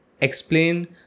explain